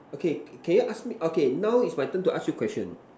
okay can you ask me okay now is my turn to ask you question